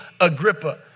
Agrippa